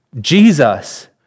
Jesus